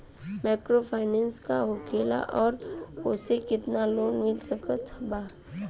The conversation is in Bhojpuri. माइक्रोफाइनन्स का होखेला और ओसे केतना लोन मिल सकत बा?